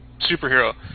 superhero